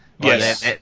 Yes